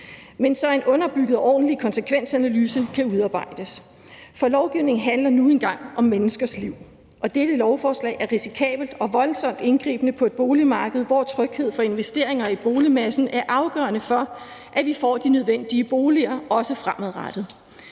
men så en underbygget og ordentlig konsekvensanalyse kan udarbejdes. Lovgivning handler nu engang om menneskers liv, og dette lovforslag er risikabelt og voldsomt indgribende på et boligmarked, hvor tryghed for investeringer i boligmassen er afgørende for, at vi får de nødvendige boliger, også fremadrettet.